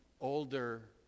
older